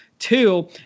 Two